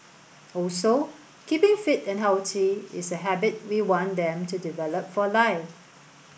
also keeping fit and healthy is a habit we want them to develop for life